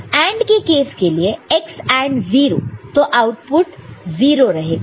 AND कि case के लिए x AND 0 तो आउटपुट 0 रहेगा